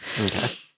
Okay